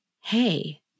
hey